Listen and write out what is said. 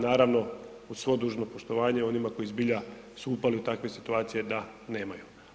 Naravno, uz svo dužno poštovanje onima koji zbilja su upali u takve situacije da nemaju.